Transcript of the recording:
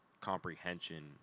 comprehension